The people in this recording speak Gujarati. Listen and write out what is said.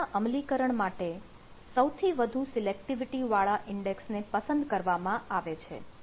ક્વેરી ના અમલીકરણ માટે સૌથી વધુ સીલેક્ટિવિટી વાળા ઇન્ડેક્સ ને પસંદ કરવામાં આવે છે